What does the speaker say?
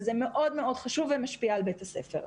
זה מאוד מאוד חשוב ומשפיע על בית הספר.